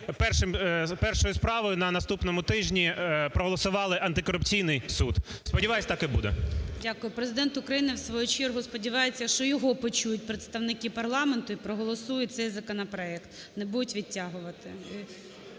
першою справою на наступному тижні проголосували антикорупційний суд. Сподіваюсь, так і буде. ГОЛОВУЮЧИЙ. Президент України, в свою чергу, сподівається, що його почують представники парламенту і проголосують цей законопроект, не будуть відтягувати.